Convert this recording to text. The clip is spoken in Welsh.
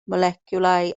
moleciwlau